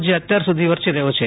જે અત્યાર સુધી વરસી રહ્યો છે